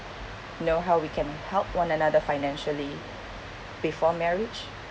know how we can help one another financially before marriage